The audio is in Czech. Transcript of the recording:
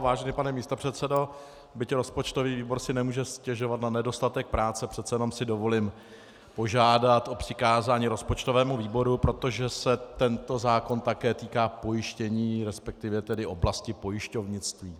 Vážený pane místopředsedo, byť rozpočtový výbor si nemůže stěžovat na nedostatek práce, přece jenom si dovolím požádat o přikázání rozpočtovému výboru, protože se tento zákon také týká pojištění, resp. oblasti pojišťovnictví.